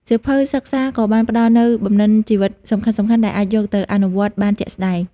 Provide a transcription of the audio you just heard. សៀវភៅសិក្សាក៏បានផ្ដល់នូវបំណិនជីវិតសំខាន់ៗដែលអាចយកទៅអនុវត្តបានជាក់ស្តែង។